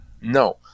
No